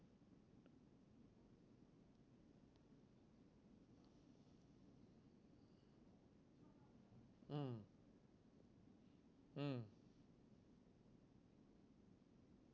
mm mm